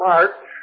March